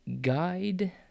guide